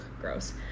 gross